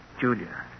Julia